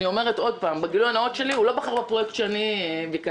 אני אומרת עוד פעם בגילוי הנאות שלי: הוא לא בחר בפרויקט שאני ביקשתי